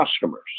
customers